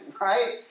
right